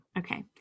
Okay